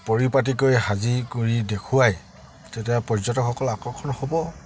পৰিপাতিকৈ সাজি কৰি দেখুৱাই তেতিয়া পৰ্যটকসকল আকৰ্ষণ হ'ব